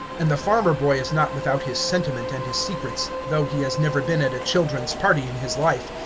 and the farmer-boy is not without his sentiment and his secrets, though he has never been at a children's party in his life,